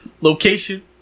Location